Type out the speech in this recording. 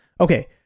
Okay